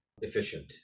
efficient